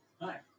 Hi